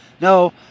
No